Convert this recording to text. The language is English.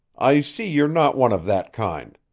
i see you're not one of that kind.